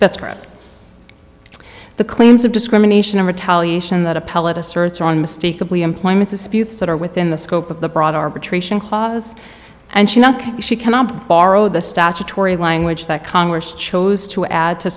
that's correct the claims of discrimination in retaliation that appellate asserts are on mystique of employment disputes that are within the scope of the broad arbitration clause and she she cannot borrow the statutory language that congress chose to add to